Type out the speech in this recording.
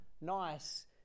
nice